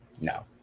No